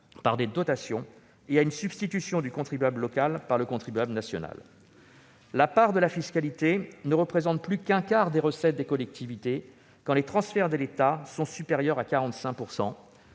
par des dotations et à une substitution du contribuable local par le contribuable national. La part de la fiscalité ne représente plus qu'un quart des recettes des collectivités, quand les transferts de l'État sont supérieurs à 45